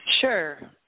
Sure